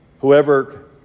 whoever